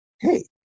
Hey